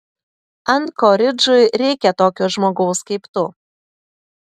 ankoridžui reikia tokio žmogaus kaip tu